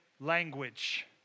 language